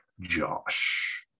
Josh